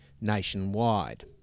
nationwide